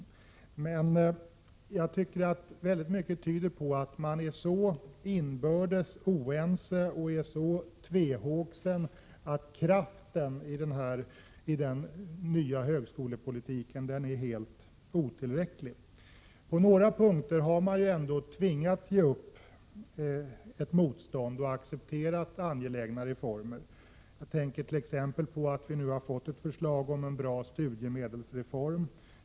I dag skulle jag snarare vilja säga att mycket tyder på att man är så oense inbördes och så tvehågsen att kraften i den nya högskolepolitiken är helt otillräcklig. På några punkter har man ändå tvingats ge upp sitt motstånd och accepterat angelägna reformer. Jag tänker t.ex. på att vi nu har fått ett förslag om en bra studiemedelsreform.